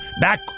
Back